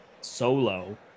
solo